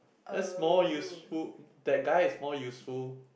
that's more useful that guy is more useful